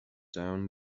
down